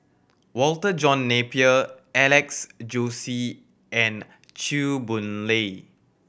Walter John Napier Alex Josey and Chew Boon Lay